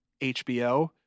HBO